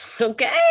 Okay